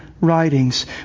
writings